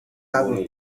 água